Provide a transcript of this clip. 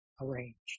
arranged